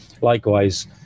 Likewise